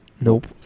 nope